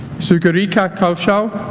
sagarika kaushal